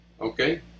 okay